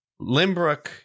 Limbrook